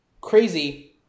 crazy-